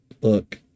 look